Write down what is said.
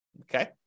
Okay